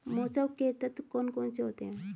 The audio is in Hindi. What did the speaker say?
मौसम के तत्व कौन कौन से होते हैं?